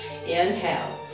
inhale